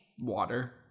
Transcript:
Water